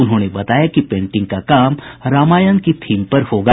उन्होंने बताया कि पेंटिंग का काम रामायण की थीम पर होगा